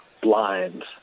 blind